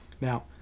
Now